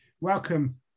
Welcome